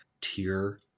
tier